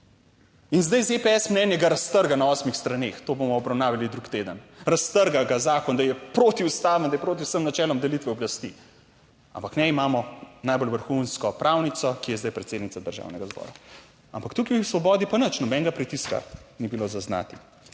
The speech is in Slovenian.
zdaj ZPS mnenje ga raztrga na osmih straneh, to bomo obravnavali drug teden, raztrga ga, zakon, da je protiustaven, da je proti vsem načelom delitve oblasti. Ampak ne, imamo najbolj vrhunsko pravnico, ki je zdaj predsednica Državnega zbora. Ampak tukaj v Svobodi pa nič, nobenega pritiska ni bilo zaznati.